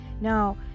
Now